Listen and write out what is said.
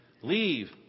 leave